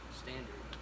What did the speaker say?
standard